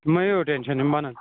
مہٕ ہیٚیِو ٹٮ۪نشَن یِم بَنَن